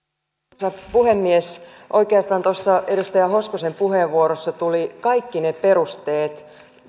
arvoisa puhemies oikeastaan tuossa edustaja hoskosen puheenvuorossa tulivat kaikki ne perusteet